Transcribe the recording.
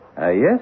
Yes